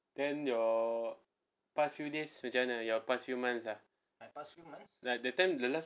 then your past few days macam mana your past few months ah ah the time the last